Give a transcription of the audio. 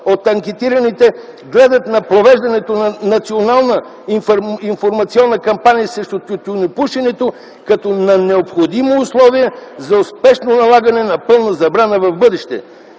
от анкетираните гледат на провеждането на национална информационна кампания срещу тютюнопушенето като на необходимо условие за успешно налагане на пълна забрана в бъдеще,